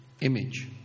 image